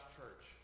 Church